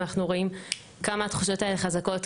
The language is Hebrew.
אנחנו רואים כמה התחושות האלה חזקות,